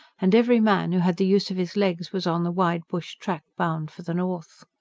and every man who had the use of his legs was on the wide bush-track, bound for the north.